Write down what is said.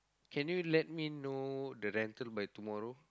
can you let me know the rental by tomorrow